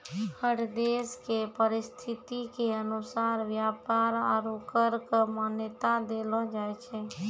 हर देश के परिस्थिति के अनुसार व्यापार आरू कर क मान्यता देलो जाय छै